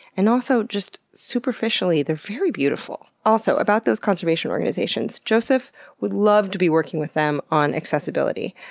and also, just superficially, they're very beautiful. also, about those conservation organizations, joseph would love to be working with them on accessibility,